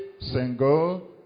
single